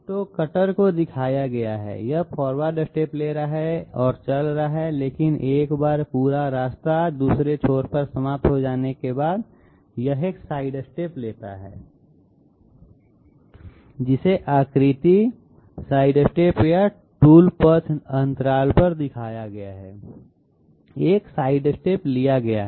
तो कटर को दिखाया गया है यह फॉरवर्ड स्टेप ले रहा है और चल रहा है लेकिन एक बार पूरा रास्ता दूसरे छोर पर समाप्त हो जाने के बाद यह एक साइडस्टेप लेता है जिसे आकृति साइडस्टेप या टूल पथ अंतराल पर दिखाया गया है एक साइडस्टेप लिया गया है